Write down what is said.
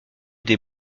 des